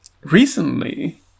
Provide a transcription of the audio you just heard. Recently